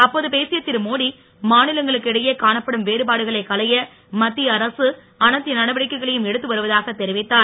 அப்போது பேசிய திரு மோடி மாநிலங்களுக்கிடையே காணப்படும் வேறுபாடுகளை களைய மத்திய அரசு அனைத்து நடவடிக்கைகளையும் எடுத்து வருவதாக தெரிவித்தார்